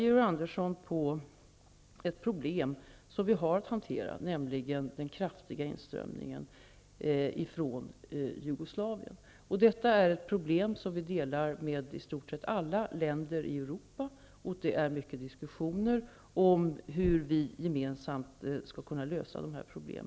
Georg Andersson pekar på ett problem som vi har att hantera, nämligen den kraftiga inströmningen från Jugoslavien. Detta är ett problem som vi delar med i stort sett alla länder i Europa. Det förekommer många diskussioner om hur vi gemensamt skall kunna lösa dessa problem.